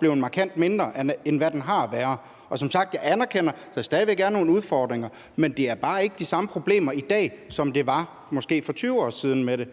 blevet markant mindre, end den har været. Som sagt anerkender jeg, at der stadig væk er nogle udfordringer, men der er bare ikke de samme problemer i dag, som der var med det for måske 20 år siden.